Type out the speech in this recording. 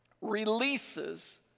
releases